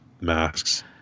masks